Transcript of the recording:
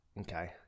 Okay